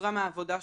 פוטרה מהעבודה שלה.